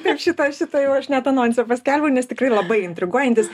kaip šitą šitą jau aš net anonse paskelbiau nes tikrai labai intriguojantis